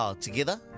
together